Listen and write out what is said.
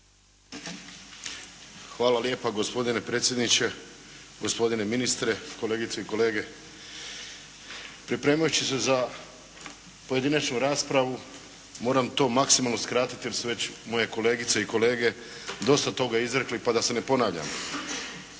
Hvala lijepa gospodine predsjedniče, gospodine ministre, kolegice i kolege. Pripremajući se za pojedinačnu raspravu, moram to maksimalno skratiti jer su već moje kolegice i kolege dosta toga izrekli, pa da se ne ponavljam.